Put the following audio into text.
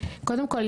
קודם כל,